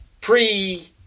pre